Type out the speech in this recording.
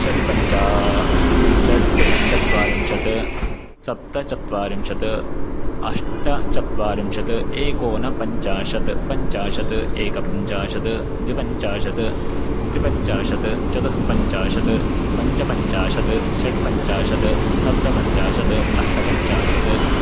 षड्पञ्चा षट्चत्वारिंशत् सप्तचत्वारिंशत् अष्टचत्वारिंशत् एकोनपञ्चाशत् पञ्चाशत् एकपञ्चाशत् द्विपञ्चाशत् त्रिपञ्चाशत् चतुःपञ्चाशत् पञ्चपञ्चाशत् षट्पञ्चाशत् सप्तपञ्चाशत् अष्टपञ्चाशत्